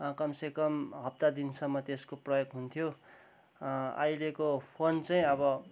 कमसे कम हप्ता दिनसम्म त्यसको प्रयोग हुन्थ्यो अहिलेको फोन चाहिँ अब